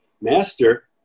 master